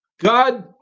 God